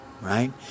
right